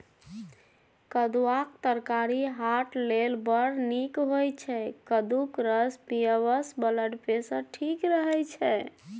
कद्दुआक तरकारी हार्ट लेल बड़ नीक होइ छै कद्दूक रस पीबयसँ ब्लडप्रेशर ठीक रहय छै